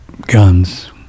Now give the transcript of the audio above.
Guns